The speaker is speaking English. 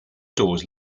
doors